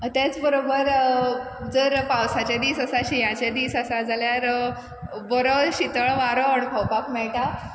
तेच बरोबर जर पावसाचे दीस आसा शियांचे दीस आसा जाल्यार बरो शितळ वारो अणभवपाक मेळटा